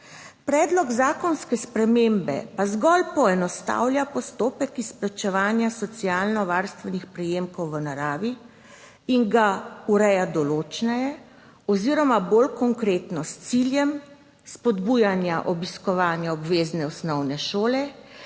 predlog zakonske spremembe pa zgolj poenostavlja postopek izplačevanja socialnovarstvenih prejemkov v naravi in ga ureja določneje oziroma bolj konkretno, s ciljem spodbujanja obiskovanja obvezne osnovne šole